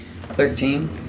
thirteen